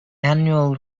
annual